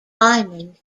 diamond